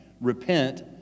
Repent